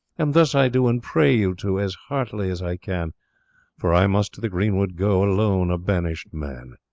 and thus i do and pray you to, as heartily as i can for i must to the green wood go, alone, a banished man.